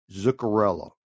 Zuccarello